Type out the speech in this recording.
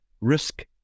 risk